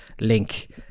link